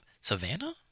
Savannah